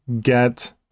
get